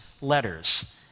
letters